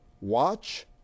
watch